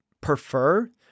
prefer